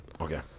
Okay